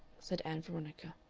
said ann veronica.